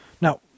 Now